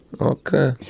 Okay